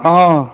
हँ